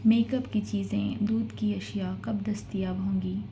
make up کی چیزیں دودھ کی اشیاء کب دستیاب ہوں گی